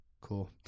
Cool